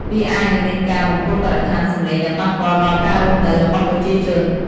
វាអាចនឹងមានការបំពុលបរិស្ថានសំឡេងដែលប៉ះពាល់ដល់ការរស់នៅរបស់ប្រជាជន។